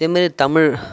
அதேமாரி தமிழ்